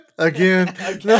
Again